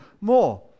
more